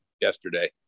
yesterday